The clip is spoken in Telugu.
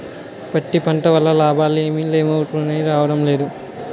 పత్తి పంట వల్ల లాభాలేమి లేవుమదుపులే రాడంలేదు